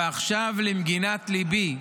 ועכשיו, למגינת ליבי,